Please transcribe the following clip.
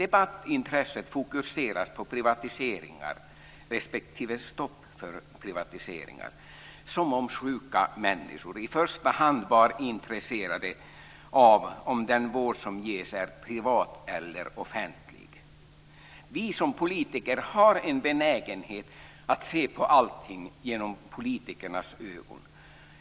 Debattintresset fokuseras på privatiseringar respektive stopp för privatiseringar, som om sjuka människor i första hand var intresserade av om den vård som ges är privat eller offentlig.